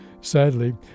Sadly